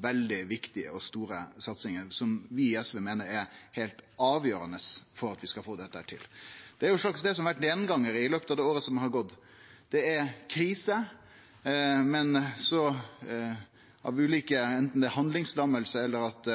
veldig viktige og store satsingar som vi i SV meiner er heilt avgjerande for at vi skal få dette til. Det er jo dette som har vore gjengangar i løpet av året som har gått, det er krise, men av ulike grunnar – anten det er handlingslamming eller at